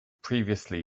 previously